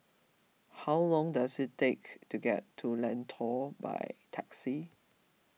how long does it take to get to Lentor by taxi